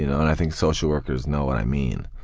you know and i think social workers know what i mean,